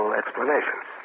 explanations